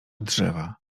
drzewa